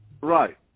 Right